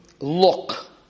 look